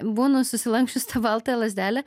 būnu susilanksčius tą baltąją lazdelę